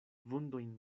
vundojn